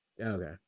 Okay